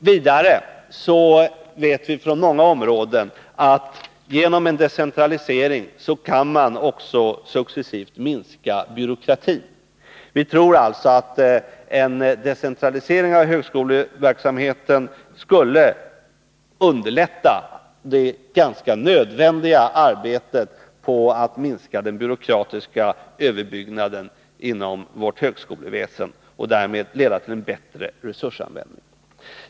Vi vet, genom erfarenheter från många områden, att vi med decentralisering också successivt kan minska byråkratin. Vi tror att en decentralisering av högskoleverksamheten skulle underlätta det ganska nödvändiga arbetet på att minska den byråkratiska överbyggnaden inom vårt högskoleväsende och därmed leda till en bättre resursanvändning.